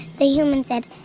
the human said,